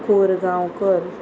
Korgaonkar